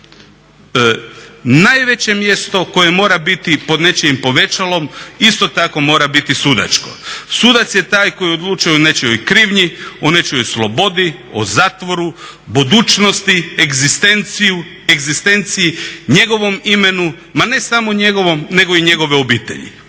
Najveće mjesto koje mora biti pod nečijim povećalom isto tako mora biti sudačko. Sudac je taj koji odlučuje o nječijoj krivnji, o nečijoj slobodi, o zatvoru, budućnosti, egzistenciji, njegovom imenu. Ma ne samo njegovom nego i njegove obitelji.